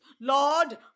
Lord